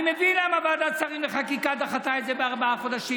אני מבין למה ועדת שרים לחקיקה דחתה את זה בארבעה חודשים.